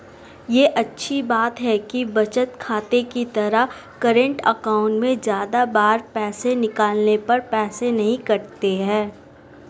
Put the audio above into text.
ये अच्छी बात है कि बचत खाते की तरह करंट अकाउंट में ज्यादा बार पैसे निकालने पर पैसे नही कटते है